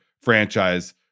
franchise